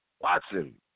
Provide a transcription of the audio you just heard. Watson